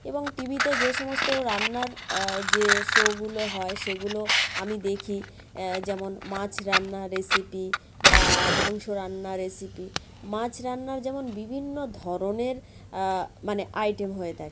এবং টিভিতে যে সমস্ত রান্নার যে শোগুলো হয় সেগুলো আমি দেখি যেমন মাছ রান্নার রেসিপি বা মাংস রান্না রেসিপি মাছ রান্নার যেমন বিভিন্ন ধরনের মানে আইটেম হয়ে থাকে